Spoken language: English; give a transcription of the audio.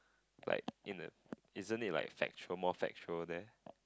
like in the isn't it like factual more factual there